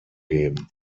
geben